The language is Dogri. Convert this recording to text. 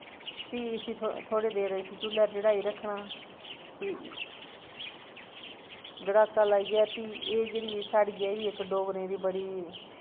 भी इसी थोह्ड़े देर इसी चु'ल्ले र चढ़ाई रक्खना भी गड़ाका लाइयै भी एह् जेह्ड़ी साढ़ी ऐ एह् बी इक डोगरें दी बड़ी